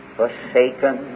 forsaken